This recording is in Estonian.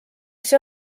see